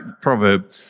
proverb